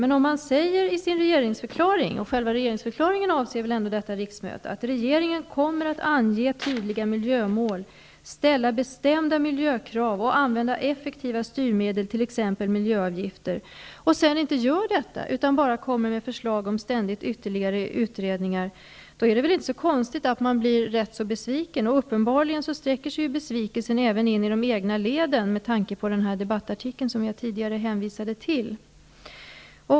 Men om man i regeringsförklaringen hävdar -- och regeringsförklaringen avser väl ändå detta riksmöte -- att regeringen kommer att ange tydliga miljömål, ställa bestämda miljökrav och använda effektiva styrmedel, t.ex. miljöavgifter, men sedan inte gör så utan ständigt kommer med förslag om ytterligare utredningar, är det inte så konstigt att man blir besviken. Uppenbarligen sträcker sig besvikelsen in i de egna leden, med tanke på den debattartikel jag tidigare hänvisade till.